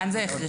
כאן זה הכרחי.